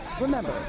Remember